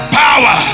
power